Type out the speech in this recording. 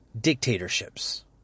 dictatorships